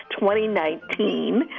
2019